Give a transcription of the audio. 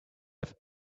have